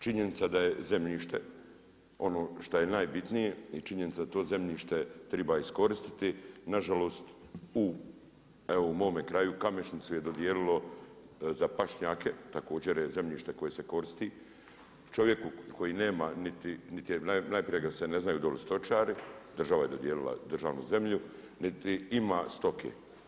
Činjenica da je zemljište, ono što je najbitnije i činjenica da to zemljište treba iskoristiti, nažalost, u evo u mome kraju, Kamešnicu je dodijelilo za pašnjake, također je zemljište koje se koristi čovjeku koji nema, najprije ga se ne znaju dole stočari, država je dodijelila državnu zemlju, niti ima stoke.